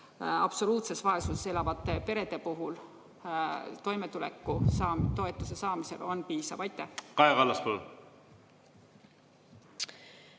absoluutses vaesuses elavate perede puhul toimetulekutoetuse saamisel on piisav?